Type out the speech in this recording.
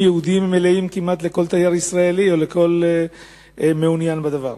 מלאים כמעט לכל תייר ישראלי ולכל המעוניין בדבר.